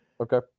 Okay